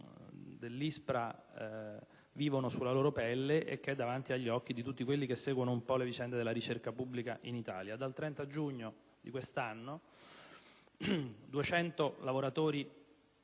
dell'ISPRA vivono sulla loro pelle e che è davanti agli occhi di tutti coloro che seguono le vicende della ricerca pubblica in Italia: dal 30 giugno di quest'anno, 200 lavoratori